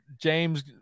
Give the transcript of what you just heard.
James